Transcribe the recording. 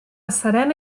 serena